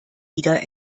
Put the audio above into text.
wieder